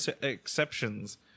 exceptions